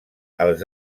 els